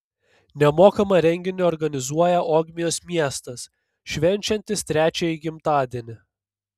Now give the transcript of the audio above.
nemokamą renginį organizuoja ogmios miestas švenčiantis trečiąjį gimtadienį